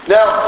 Now